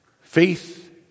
Faith